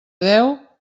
deu